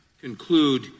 conclude